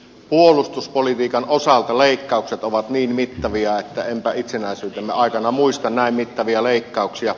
puolustuspolitiikan osalta leikkaukset ovat niin mittavia että enpä itsenäisyytemme aikana muista näin mittavia leikkauksia